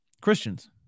Christians